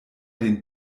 den